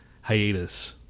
Hiatus